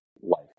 life